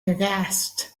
aghast